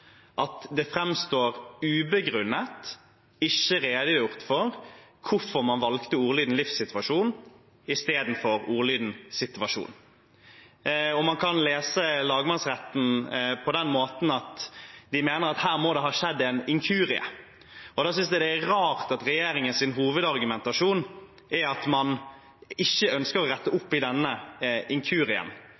at det framstår som ubegrunnet og ikke redegjort for hvorfor man valgte ordlyden «livssituasjon», istedenfor ordlyden «situasjon». Man kan lese lagmannsretten på den måten at de mener at her må det ha skjedd en inkurie. Da synes jeg det er rart at regjeringens hovedargumentasjon er at man ikke ønsker å rette opp i denne inkurien,